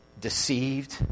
deceived